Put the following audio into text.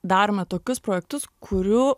darome tokius projektus kurių